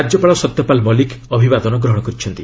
ରାଜ୍ୟପାଳ ସତ୍ୟପାଳ ମଲିକ୍ ଅଭିବାଦନ ଗ୍ରହଣ କରିଛନ୍ତି